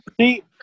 See